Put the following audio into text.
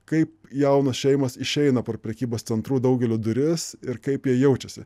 kaip jaunos šeimos išeina pro prekybos centrų daugelio duris ir kaip jie jaučiasi